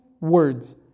words